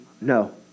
No